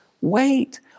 wait